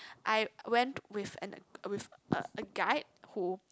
I went with an with a a guide who